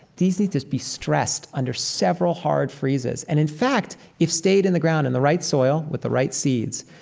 these need to be stressed under several hard freezes. and, in fact, if stayed in the ground in the right soil with the right seeds,